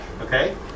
Okay